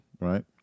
right